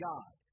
God